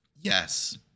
yes